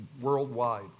worldwide